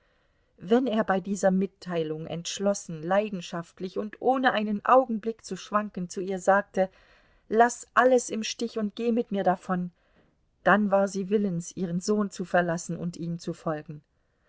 wenn er bei dieser mitteilung entschlossen leidenschaftlich und ohne einen augenblick zu schwanken zu ihr sagte laß alles im stich und geh mit mir davon dann war sie willens ihren sohn zu verlassen und ihm zu folgen